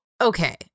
okay